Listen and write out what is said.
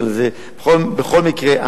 בכל מקרה,